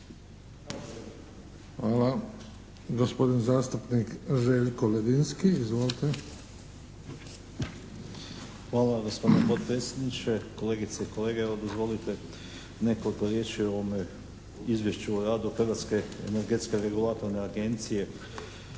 Hvala. Gospodin zastupnik Željko Ledinski. Izvolite. **Ledinski, Željko (HSS)** Hvala vam gospodine potpredsjedniče, kolegice i kolege. Evo dozvolite nekoliko riječi o ovome Izvješću o radu Hrvatske energetske regulatorne agencije